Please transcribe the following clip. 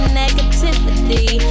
negativity